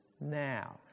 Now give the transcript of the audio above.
now